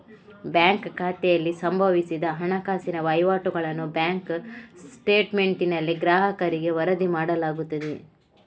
bank ಖಾತೆಯಲ್ಲಿ ಸಂಭವಿಸಿದ ಹಣಕಾಸಿನ ವಹಿವಾಟುಗಳನ್ನು ಬ್ಯಾಂಕ್ ಸ್ಟೇಟ್ಮೆಂಟಿನಲ್ಲಿ ಗ್ರಾಹಕರಿಗೆ ವರದಿ ಮಾಡಲಾಗುತ್ತದೆ